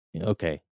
Okay